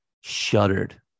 shuddered